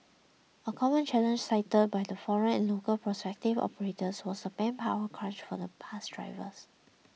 a common challenge cited by the foreign and local prospective operators was the manpower crunch for the bus drivers